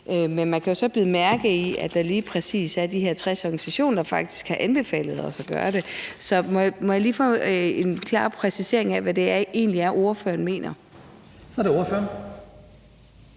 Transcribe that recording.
Men man kan så bide mærke i, at lige præcis de her 60 organisationer faktisk har anbefalet os at gøre det. Så kan jeg lige få en klar præcisering af, hvad det egentlig er, ordføreren mener? Kl. 17:39 Den